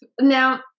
Now